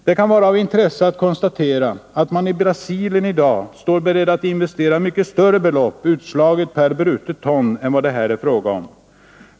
Det kan vara av intresse att konstatera att man i Brasilien i dag står beredd att investera mycket större belopp utslaget per brutet ton än vad det här är fråga om.